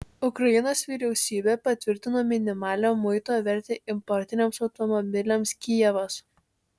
ukrainos vyriausybė patvirtino minimalią muito vertę importiniams automobiliams kijevas